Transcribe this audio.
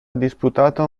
disputato